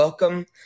Welcome